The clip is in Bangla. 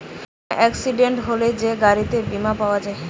কোন এক্সিডেন্ট হলে যে গাড়িতে বীমা পাওয়া যায়